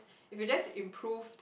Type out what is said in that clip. if you just improved